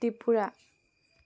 Tripura